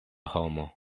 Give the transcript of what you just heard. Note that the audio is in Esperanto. homo